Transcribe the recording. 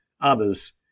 others